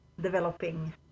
developing